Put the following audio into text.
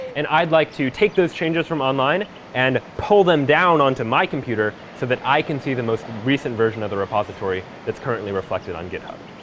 and i'd like to take those changes from online and pull them down onto my computer so that i can see the most recent version of the repository that's currently reflected on github.